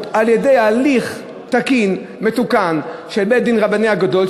על-ידי הליך מתוקן של בית-הדין הרבני הגדול,